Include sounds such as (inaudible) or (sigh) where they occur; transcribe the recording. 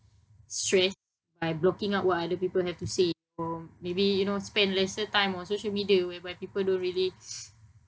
stress by blocking out what people have to say or maybe you know spend lesser time on social media where people don't really (noise)